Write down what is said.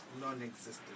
non-existent